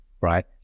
right